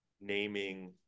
naming